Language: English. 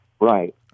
Right